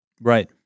Right